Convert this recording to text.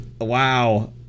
wow